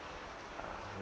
uh